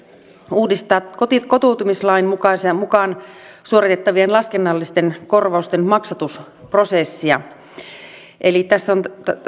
uudistaa kotoutumislain mukaan suoritettavien laskennallisten korvausten maksatusprosessia tässä on